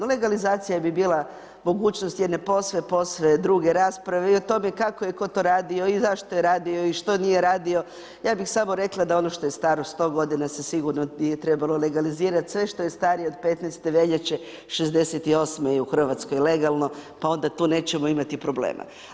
Legalizacija bi bila mogućnost jedne posve, posve druge rasprave i o tome kako je i tko to radio i zašto je radio i što nije radio ja bih samo rekla da ono što je staro sto godina se sigurno nije trebalo legalizirati, sve što je starije od 15. veljače 68. je u Hrvatskoj legalno pa tu onda nećemo imati problema.